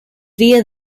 via